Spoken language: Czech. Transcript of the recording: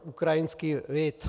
Ukrajinský lid.